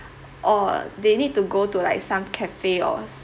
or they need to go to like some cafe or